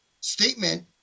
statement